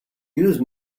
use